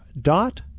dot